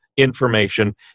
information